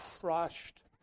crushed